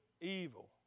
evil